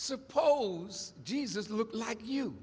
suppose jesus looked like you